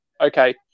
okay